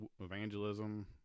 evangelism